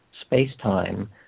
space-time